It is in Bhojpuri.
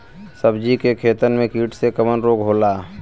सब्जी के खेतन में कीट से कवन रोग होला?